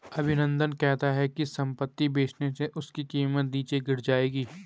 अभिनंदन कहता है कि संपत्ति बेचने से उसकी कीमत नीचे गिर जाएगी